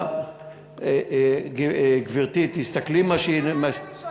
שהיחידה, גברתי, תסתכלי מה, אני אגיד לך